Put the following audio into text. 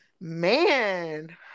man